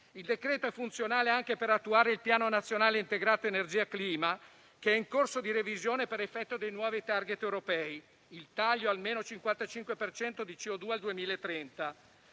Il decreto è funzionale anche per attuare il Piano nazionale integrato energia e clima, che è in corso di revisione per effetto dei nuovi *target* europei, il taglio a meno 55 per cento di CO2 al 2030.